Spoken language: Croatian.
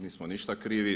Nismo ništa krivi.